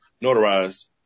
notarized